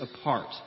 apart